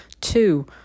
Two